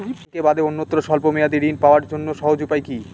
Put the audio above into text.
ব্যাঙ্কে বাদে অন্যত্র স্বল্প মেয়াদি ঋণ পাওয়ার জন্য সহজ উপায় কি?